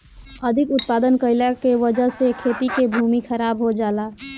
अधिक उत्पादन कइला के वजह से खेती के भूमि खराब हो जाला